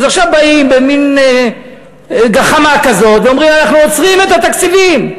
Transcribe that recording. אז עכשיו באים במין גחמה כזאת ואומרים: אנחנו עוצרים את התקציבים.